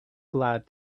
glad